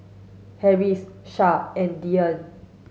Harris Shah and Dian